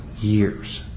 years